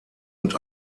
und